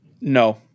No